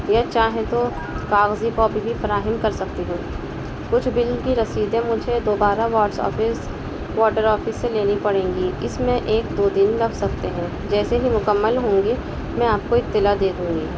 یا چاہیں تو کاغذی کاپی بھی فراہم کر سکتی ہوں کچھ بل کی رسیدیں مجھے دوبارہ واٹس آفس واٹر آفس سے لینی پڑیں گی اس میں ایک دو دن لگ سکتے ہیں جیسے ہی مکمل ہوں گی میں آپ کو اطلاع دے دوں گی